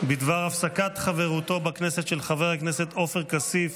בדבר הפסקת חברתו בכנסת של חבר הכנסת עופר כסיף